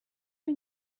you